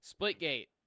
Splitgate